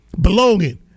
belonging